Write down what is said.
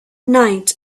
night